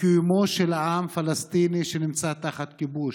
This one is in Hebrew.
מקיומו של העם הפלסטיני, שנמצא תחת כיבוש.